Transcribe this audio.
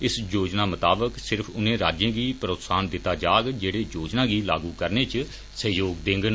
इस योजना मताबक सिर्फ उनें राज्यें गी प्रोत्साहन दिता जाग जेड़े योजना गी लागू करने इच सहयोग देंगन